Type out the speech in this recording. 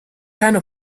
keine